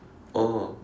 oh